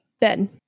Ben